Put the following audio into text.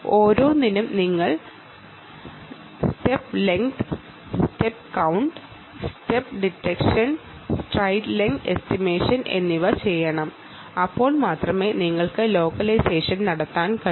ഓരോന്നിനും നിങ്ങൾ step length step count step detection stride length estimate എന്നിവ ചെയ്യണം അപ്പോൾ മാത്രമേ നിങ്ങൾക്ക് ലോക്കലൈസേഷൻ നടത്താൻ കഴിയൂ